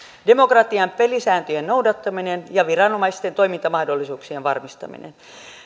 demokratian pelisääntöjen noudattaminen ja viranomaisten toimintamahdollisuuksien varmistaminen